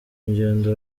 ngendo